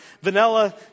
vanilla